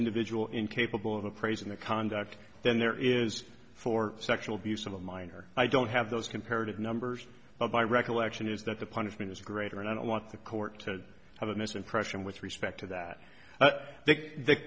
individual incapable of appraising the conduct than there is for sexual abuse of a minor i don't have those comparative numbers but my recollection is that the punishment is greater and i don't want the court to have a misimpression with respect to that that the